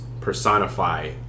personify